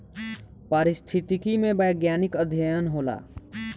पारिस्थितिकी में वैज्ञानिक अध्ययन होला